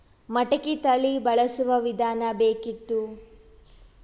ಮಟಕಿ ತಳಿ ಬಳಸುವ ವಿಧಾನ ಬೇಕಿತ್ತು?